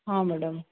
ହଁ ମ୍ୟାଡାମ୍